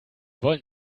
wollen